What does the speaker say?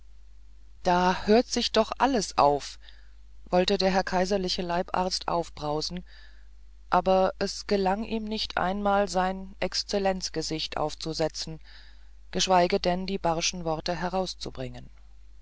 da hört sich doch alles auf wollte der herr kaiserliche leibarzt aufbrausen aber es gelang ihm nicht einmal sein exzellenzgesicht aufzusetzen geschweige denn die barschen worte herauszubringen